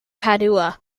padua